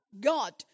God